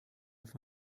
auf